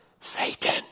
Satan